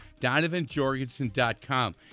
DonovanJorgensen.com